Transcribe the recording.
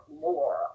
more